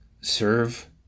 serve